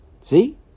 see